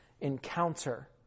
encounter